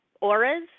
auras